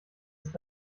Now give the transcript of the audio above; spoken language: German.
ist